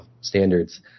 standards